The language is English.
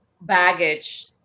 baggage